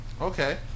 Okay